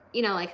you know, like